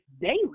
daily